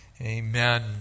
amen